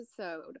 episode